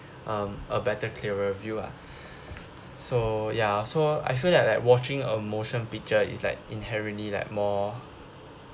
um a better clearer view lah so ya so I feel that like watching a motion picture is like inherently like more